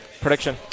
prediction